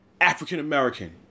African-American